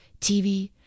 TV